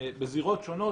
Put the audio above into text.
בזירות שונות.